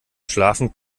schlafen